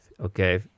Okay